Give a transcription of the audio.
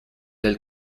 elle